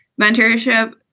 mentorship